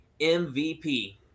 MVP